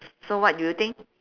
s~ so what do you think